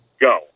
Go